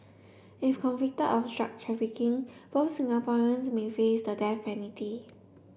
if convicted of drug trafficking both Singaporeans may face the death penalty